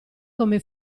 come